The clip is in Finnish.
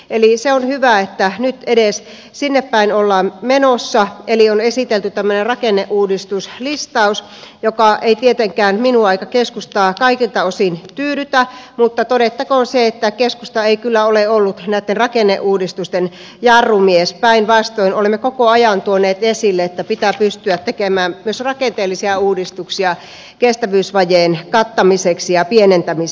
eli se on hyvä että nyt edes sinnepäin ollaan menossa eli on esitelty tämmöinen rakenneuudistuslistaus joka ei tietenkään minua eikä keskustaa kaikilta osin tyydytä mutta todettakoon se että keskusta ei kyllä ole ollut näitten rakenneuudistusten jarrumies päinvastoin olemme koko ajan tuoneet esille että pitää pystyä tekemään myös rakenteellisia uudistuksia kestävyysvajeen kattamiseksi ja pienentämiseksi